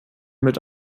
mit